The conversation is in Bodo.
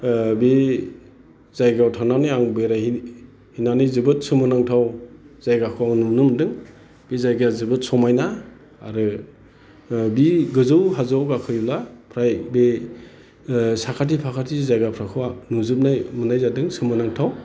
बे जायगायाव थांनानै आं बेराय हैनानै जोबोद सोमोनांथाव जायगाखौ आं नुनो मोनदों बे जायगाया जोबोद समायना आरो बे गोजौ हाजोआव गाखोयोब्ला फ्राय बे साखाथि फाखाथि जायगाफोरखौ नुजोबनाय मोननाय जादों सोमोनांथाव